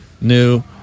new